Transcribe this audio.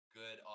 good